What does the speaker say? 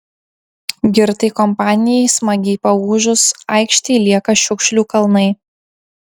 girtai kompanijai smagiai paūžus aikštėj lieka šiukšlių kalnai